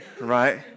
right